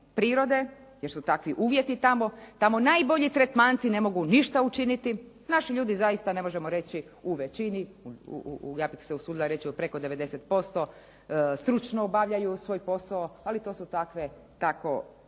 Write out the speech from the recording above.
prirode jer su takvi uvjeti tamo. Tamo najbolji tretmanci ne mogu ništa učiniti. Naši ljudi zaista ne možemo reći u većini ja bih se usudila reći preko 90% stručno obavljaju svoj posao, ali to su takve tamo